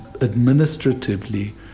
administratively